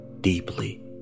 Deeply